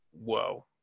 whoa